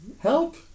Help